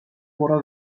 fora